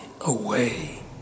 away